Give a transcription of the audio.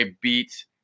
beat